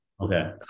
okay